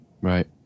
right